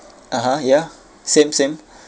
(uh huh) ya same same